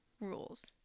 rules